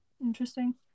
Interesting